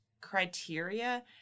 criteria